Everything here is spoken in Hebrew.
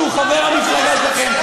שהוא חבר המפלגה שלכם,